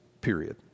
period